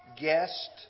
guest